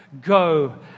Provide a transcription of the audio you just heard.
go